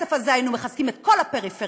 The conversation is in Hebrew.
בכסף הזה היינו מחזקים את כל הפריפריה,